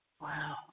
Wow